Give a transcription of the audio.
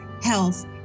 health